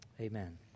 amen